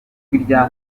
rya